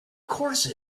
course